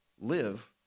live